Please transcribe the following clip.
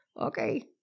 Okay